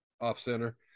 off-center